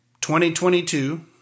2022